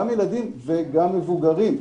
גם ילדים וגם מבוגרים.